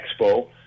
expo